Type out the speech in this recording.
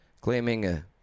claiming